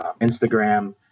Instagram